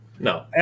No